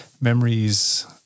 memories